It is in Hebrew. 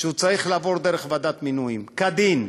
שהוא צריך לעבור דרך ועדת מינויים כדין,